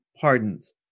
pardons